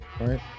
right